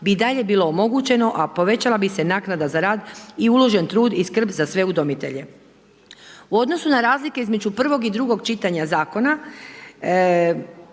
i dalje bilo omogućeno a povećala bi se naknada za rad i uložen trud i skrb za sve udomitelje. U odnosu na razlike između prvog i drugog čitanja zakona